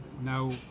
now